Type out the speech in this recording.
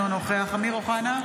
אינו נוכח אמיר אוחנה,